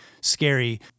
scary